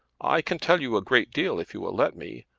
i can tell you a great deal if you will let me.